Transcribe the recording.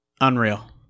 Unreal